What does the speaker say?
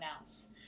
else